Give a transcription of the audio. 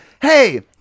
Hey